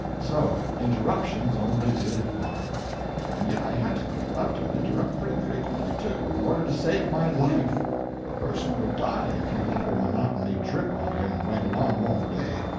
so, interruptions only did harm and yet i had to interrupt, and interrupt pretty frequently, too, in order to save my life a person would die if he let her monotony drip on him right along all day.